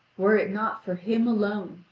were it not for him alone,